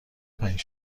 پنج